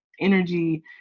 energy